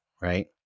right